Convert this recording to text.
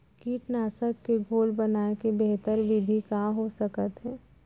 कीटनाशक के घोल बनाए के बेहतर विधि का हो सकत हे?